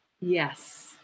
yes